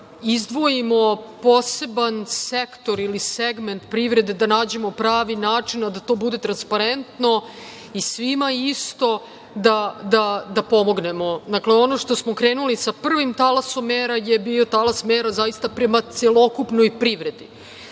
izdvojimo poseban sektor ili segment privrede da nađemo pravi način, a da to bude transparentno i svima isto da pomognemo. Dakle, ono što smo krenuli sa prvim talasom mera je bio talas mera zaista prema celokupnoj privredi,